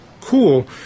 cool